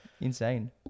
Insane